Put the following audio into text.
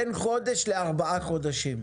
בין חודש לארבעה חודשים.